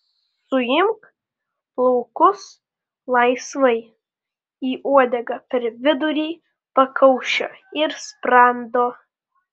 suimk plaukus laisvai į uodegą per vidurį pakaušio ir sprando